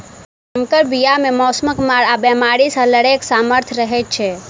सँकर बीया मे मौसमक मार आ बेमारी सँ लड़ैक सामर्थ रहै छै